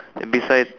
and beside